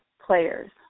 players